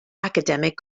academic